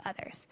others